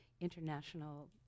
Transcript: international